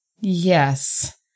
Yes